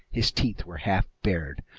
his teeth were half bared.